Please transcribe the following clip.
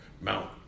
Mount